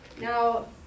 Now